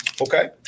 Okay